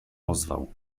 ozwał